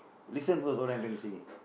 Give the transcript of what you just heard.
listen first what I am going to say